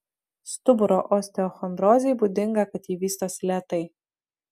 stuburo osteochondrozei būdinga kad ji vystosi lėtai